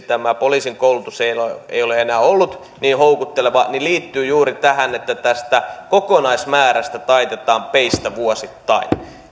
poliisin koulutus ei ole enää ollut niin houkutteleva liittyy juuri tähän että tästä kokonaismäärästä taitetaan peistä vuosittain